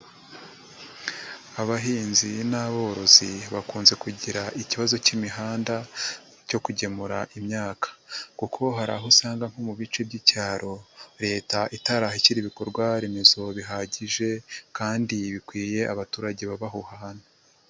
Abahinzi n'aborozi bakunze kugira ikibazo cy'imihanda cyo kugemura imyaka kuko hari aho usanga nko mu bice by'icyaro, leta itarahashyira ibikorwaremezo bihagije kandi bikwiye abaturage baba aho hantu.